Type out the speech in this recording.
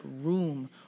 room